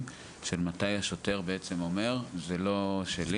של מתי השוטר בעצם אומר "זה לא שלי.